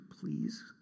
please